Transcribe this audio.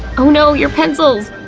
oh no! your pencils!